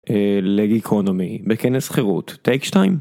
לגיקונומי בכנס חירות טייק 2.